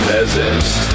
Peasants